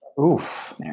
Oof